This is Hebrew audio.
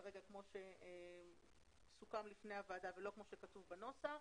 כמו שסוכם לפני הוועדה ולא כמו שכתוב בנוסח,